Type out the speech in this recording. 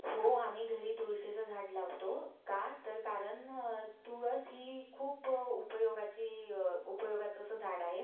हो आम्ही घरी तुळशीचं झाड लावतो का तर कारण तुळस ही खूप उपयोगाची उपयोगाचं असं झाड आहे